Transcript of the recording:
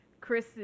Chris